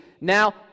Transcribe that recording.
Now